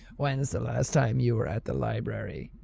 when's the last time you were at the library?